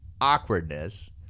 awkwardness